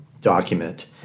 document